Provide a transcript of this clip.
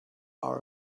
our